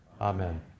Amen